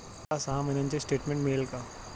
मला सहा महिन्यांचे स्टेटमेंट मिळेल का?